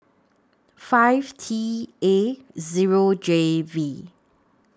five T A Zero J V